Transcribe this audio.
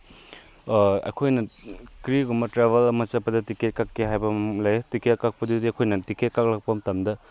ꯑꯩꯈꯣꯏꯅ ꯀꯔꯤꯒꯨꯝꯕ ꯇ꯭ꯔꯦꯕꯦꯜ ꯑꯃ ꯆꯠꯄꯗ ꯇꯤꯀꯦꯠ ꯀꯛꯀꯦ ꯍꯥꯏꯕ ꯑꯃ ꯂꯩ ꯇꯤꯀꯦꯠ ꯀꯛꯄꯗꯨꯗꯤ ꯑꯩꯈꯣꯏꯅ ꯇꯤꯀꯦꯠ ꯀꯛꯂꯛꯄ ꯃꯇꯝꯗ